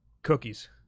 Cookies